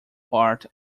part